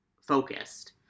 focused